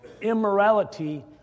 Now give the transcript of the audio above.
immorality